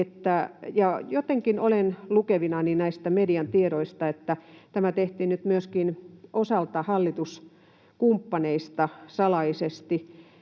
olen lukevinani näistä median tiedoista, että tämä tehtiin nyt myöskin osalta hallituskumppaneista salaisesti.